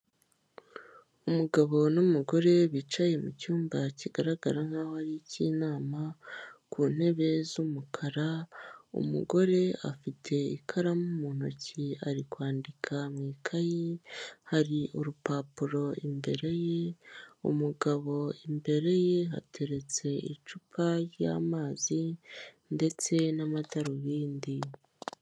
Umugabo n'umugore bicaye mu cyumba kigaragara nkaho ari ik'inama ku ntebe z'umukara, umugore afite ikaramu mu ntoki ari kwandika mu ikayi hari urupapuro imbere ye, umugabo imbere ye hateretse icupa ry'amazi ndetse n'amadarobindi.